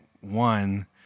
one